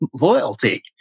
loyalty